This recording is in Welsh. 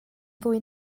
ddwy